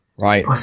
Right